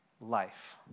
life